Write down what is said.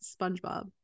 Spongebob